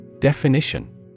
Definition